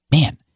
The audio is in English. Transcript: man